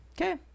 okay